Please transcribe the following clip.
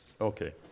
Okay